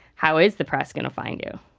how is the press going to find you?